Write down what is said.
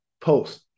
Post